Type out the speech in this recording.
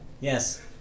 Yes